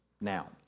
now